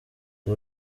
the